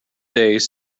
days